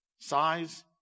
Size